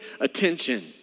attention